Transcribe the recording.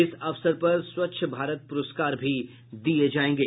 इस अवसर पर स्वच्छ भारत पुरस्कार भी दिए जाएंगे